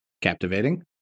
captivating